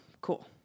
Cool